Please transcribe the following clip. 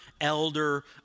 elder